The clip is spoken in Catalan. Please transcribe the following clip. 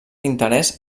interès